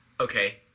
Okay